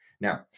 Now